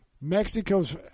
Mexico's